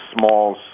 small